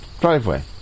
driveway